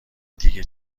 دیگه